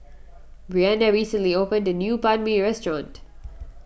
Brianda recently opened a new Banh Mi restaurant